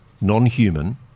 non-human